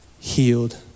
healed